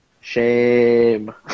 Shame